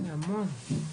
נכון.